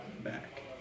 back